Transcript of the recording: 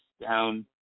down